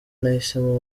nahisemo